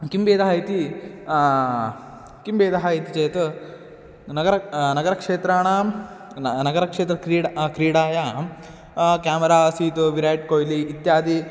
किं भेदः इति किं भेदः इति चेत् नगरं नगरक्षेत्राणां नगरं नगरक्षेत्रक्रीडायां क्रीडायां क्यामरा आसीत् विराट् कोय्लि इत्यादि